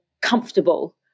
comfortable